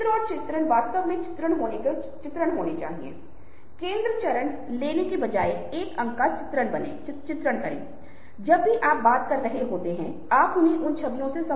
और जो लोग वस्तुतः विभिन्न स्थानों में हो सकते हैं लेकिन उस विशेष स्थान से जुड़े होते हैं वे उस पर प्रतिक्रिया देंगे